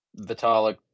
Vitalik